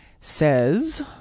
says